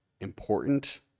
important